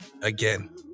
Again